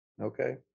Okay